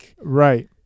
Right